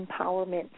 empowerment